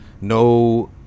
no